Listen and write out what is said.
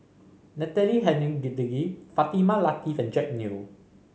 Natalie Hennedige Fatimah Lateef and Jack Neo